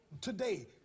today